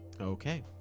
Okay